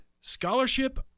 scholarship